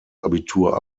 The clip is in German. abitur